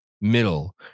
middle